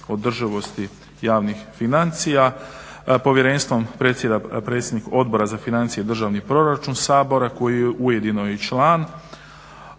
održivosti javnih financija. Povjerenstvom predsjeda predsjednik Odbora za financije i državni proračun Sabora koji je ujedno i član